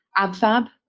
Abfab